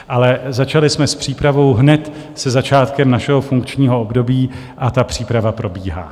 Ale začali jsme s přípravou hned se začátkem našeho funkčního období a ta příprava probíhá.